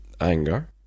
anger